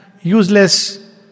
useless